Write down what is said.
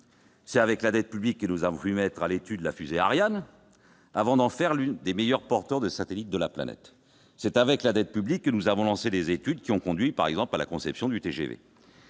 C'est avec la dette publique que nous avons pu mettre à l'étude la fusée Ariane, avant d'en faire l'un des meilleurs lanceurs de satellites de la planète ! C'est avec la dette publique que nous avons lancé les études qui ont conduit à la conception du TGV